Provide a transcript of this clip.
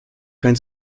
kein